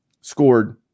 scored